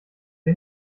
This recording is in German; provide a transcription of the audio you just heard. den